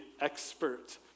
expert